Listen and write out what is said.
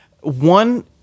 one